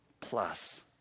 plus